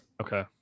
okay